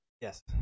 Yes